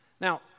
Now